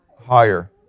higher